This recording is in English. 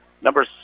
number